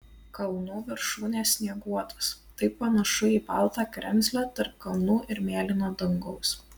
kalnų viršūnės snieguotos tai panašu į baltą kremzlę tarp kalnų ir mėlyno dangaus